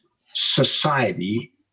society